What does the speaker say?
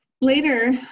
later